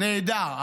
נהדר.